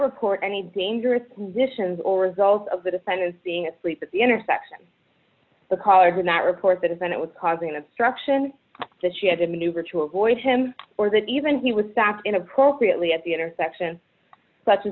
record any dangerous conditions or results of the defendant being asleep at the intersection the caller did not report that event it was causing the struction that she had to maneuver to avoid him or that even he was sacked in appropriately at the intersection such as